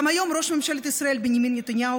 גם היום ראש ממשלת ישראל בנימין נתניהו